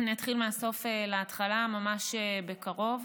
אני אתחיל מהסוף להתחלה: ממש בקרוב.